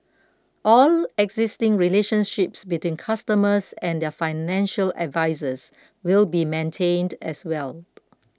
all existing relationships between customers and their financial advisers will be maintained as well